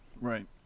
Right